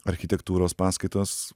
architektūros paskaitos